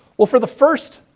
well, for the first.